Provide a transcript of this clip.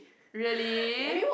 really